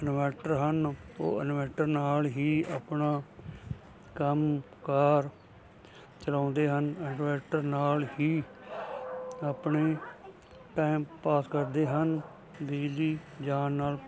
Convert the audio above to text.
inverter ਹਨ ਉਹ inverter ਨਾਲ ਹੀ ਆਪਣਾ ਕੰਮ ਕਾਰ ਚਲਾਉਂਦੇ ਹਨ ਇਨਵੈਟਰ ਨਾਲ ਹੀ ਆਪਣੇ ਟਾਈਮ ਪਾਸ ਕਰਦੇ ਹਨ ਬਿਜਲੀ ਜਾਣ ਨਾਲ